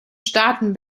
staaten